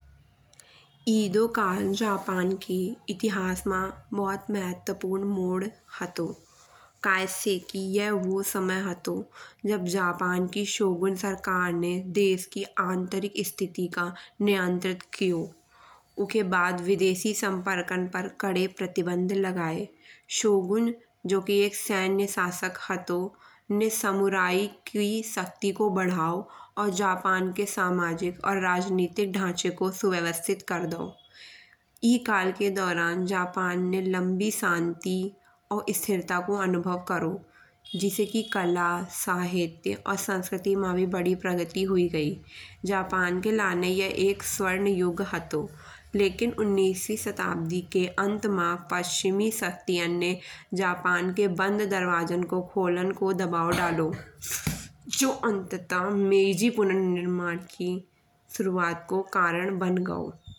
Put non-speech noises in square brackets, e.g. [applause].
एदोकाल जापान की इतिहास मा बहुत महत्वपूर्ण हतो। काय से कि यह वो समय हतो जब जापान की [unintelligible] सरकार ने देश की आंतरिक स्थिति का नियंत्रण कियो। उके बाद विदेशी संपर्कन पर कड़े प्रतिबंध लगाय। शोगुन जो कि एक सैन्य शासक हतो ने [unintelligible] की शक्ति को बढ़ाओ। और जापान के सामाजिक और राजनीतिक ढांचे को सुव्यवस्थित कर दाओ। ई काल के दौरान जापान ने लंबी शांति और स्थिरता को अनुभव करौ जैसे कि कला साहित्य और संस्कृती मा भी बड़ी प्रगति हुई गय॥ जापान के लिहाज़े यह एक स्वर्ण युग हतो। लेकिन उन्नीसवीं शताब्दी के अंत मा पश्चिमी शक्तियाँ ने जापान के बंद दरवाजान को खोलने को दबाव डालो। जो अंततः [unintelligible] पुनर्निर्माण की शुरुआत को कारण बन गयो।